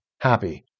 happy